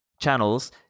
channels